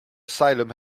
asylum